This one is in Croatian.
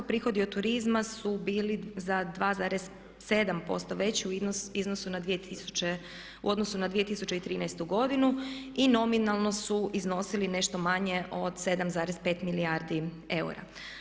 Prihodi od turizma su bili za 2,7% veći u odnosu na 2013. godinu i nominalno su iznosili nešto manje od 7,5 milijardi eura.